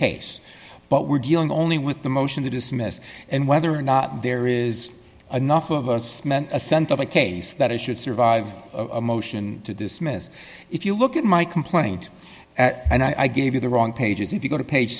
case but we're dealing only with the motion to dismiss and whether or not there is enough of us men assent of a case that it should survive a motion to dismiss if you look at my complaint and i gave you the wrong pages if you go to page